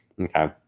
okay